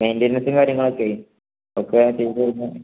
മെയിൻ്റടെയ്നൻസും കാര്യങ്ങളും ഒക്കെ ഒക്കെ ചെയ്ത് തരുന്നത്